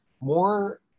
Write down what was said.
More